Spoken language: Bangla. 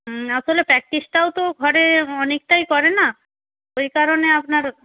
হুম আসলে প্র্যাকটিসটাও তো ঘরে অনেকটাই করে না ওই কারণে আপনার